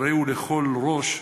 הרי הוא לכול ראש,